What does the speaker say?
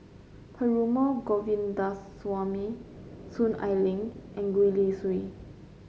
Perumal Govindaswamy Soon Ai Ling and Gwee Li Sui